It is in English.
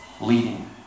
leading